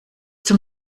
zum